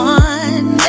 one